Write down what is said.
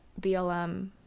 BLM